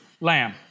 lamb